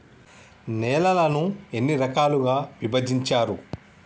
నేలలను ఎన్ని రకాలుగా విభజించారు?